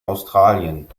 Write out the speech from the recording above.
australien